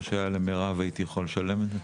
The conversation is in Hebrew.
שהיה למירב אז הייתי יכול לשלם את זה?